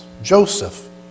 Joseph